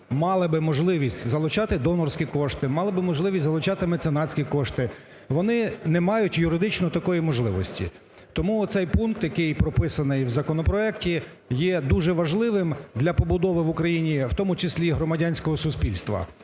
мали би можливість залучати донорські кошти, мали би можливість залучати меценатські кошти, вони не мають юридично такої можливості. Тому цей пункт, який прописаний у законопроекті, є дуже важливим для побудови в Україні, у тому числі, громадянського суспільства